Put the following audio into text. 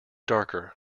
darker